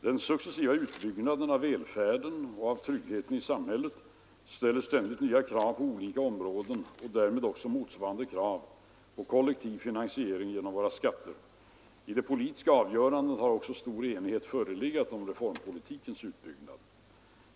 Den successiva utbyggnaden av välfärden och av tryggheten i samhället ställer ständigt nya krav på olika områden och därmed också motsvarande krav på kollektiv finansiering genom våra skatter. I de politiska avgörandena har även stor enighet förelegat om reformpolitikens utbyggnad.